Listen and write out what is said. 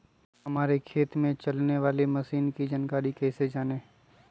हमारे खेत में चलाने वाली मशीन की जानकारी कैसे जाने?